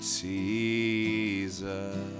Jesus